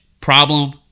problem